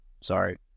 Sorry